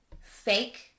fake